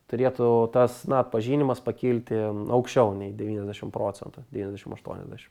turėtų tas na atpažinimas pakilti aukščiau nei devyniasdešim procentų devyniasdešim aštuoniasdešim